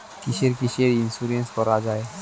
কিসের কিসের ইন্সুরেন্স করা যায়?